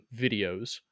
videos